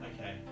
Okay